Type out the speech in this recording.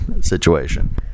situation